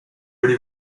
allez